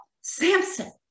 Samson